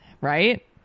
Right